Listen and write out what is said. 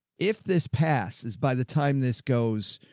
if this past is by the time this goes,